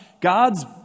God's